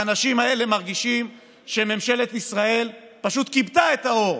האנשים האלה מרגישים שממשלת ישראל פשוט כיבתה את האור